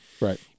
Right